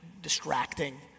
distracting